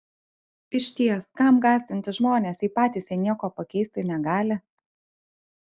išties kam gąsdinti žmones jei patys jie nieko pakeisti negali